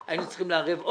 היינו צריכים לערב את פרידה,